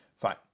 Fine